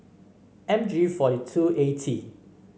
M G forty two A T